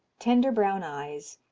tender brown eyes,